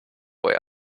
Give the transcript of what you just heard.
boy